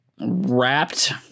wrapped